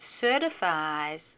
certifies